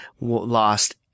lost